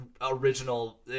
original